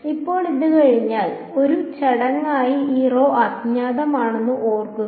ഇപ്പോൾ ഇത് ചെയ്തുകഴിഞ്ഞാൽ ഒരു ചടങ്ങായിരുന്ന ഈ റോ അജ്ഞാതമാണെന്ന് ഓർക്കുക